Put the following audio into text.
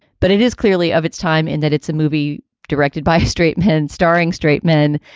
but it is clearly of its time in that it's a movie directed by straight men, starring straight men,